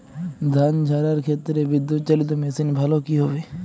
ধান ঝারার ক্ষেত্রে বিদুৎচালীত মেশিন ভালো কি হবে?